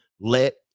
let